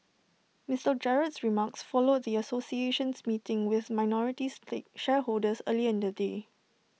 Mister Gerald's remarks followed the association's meeting with minority shareholders earlier in the day